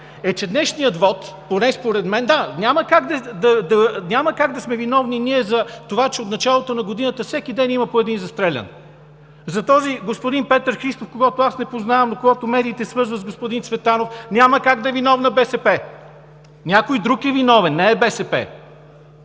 И ето, там е проблемът – няма как да сме виновни ние за това, че от началото на годината всеки ден има по един застрелян. За господин Петър Христов, когото аз не познавам, но когото медиите свързват с господин Цветанов, няма как да е виновна БСП. Някой друг е виновен, не е БСП!